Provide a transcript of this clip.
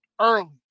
early